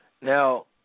Now